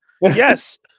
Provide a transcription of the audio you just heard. Yes